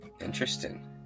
Interesting